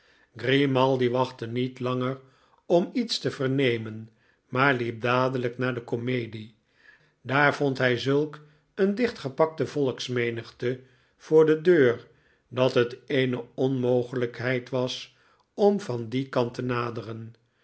grimaldi wachtte niet langer om ietste vernemen maar liep dadelijk naar de komedie daar vond hij zulk een dichtgepakte volksmenigte voor de deur dat het eene onmogelijkheid was om van dien kant te naderen